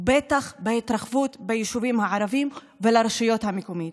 בטח בהתרחבות ביישובים הערביים וברשויות המקומיות.